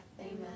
Amen